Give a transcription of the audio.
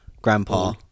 Grandpa